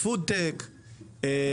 פודטק,